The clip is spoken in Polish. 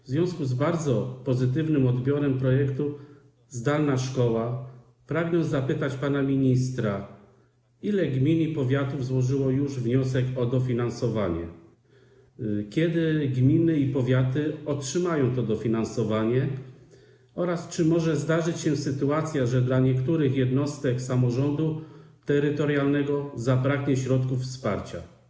W związku z bardzo pozytywnym odbiorem projektu „Zdalna szkoła” pragnę zapytać pana ministra o to, ile gmin i powiatów złożyło już wniosek o dofinansowanie, kiedy gminy i powiaty otrzymają to dofinansowanie oraz czy może zdarzyć się sytuacja, że dla niektórych jednostek samorządu terytorialnego zabraknie środków wsparcia.